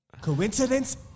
Coincidence